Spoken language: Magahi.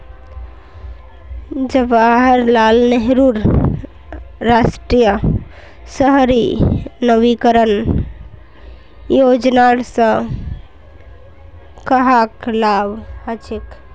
जवाहर लाल नेहरूर राष्ट्रीय शहरी नवीकरण योजनार स कहाक लाभ हछेक